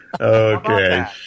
Okay